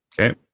Okay